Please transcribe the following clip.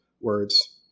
words